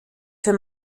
für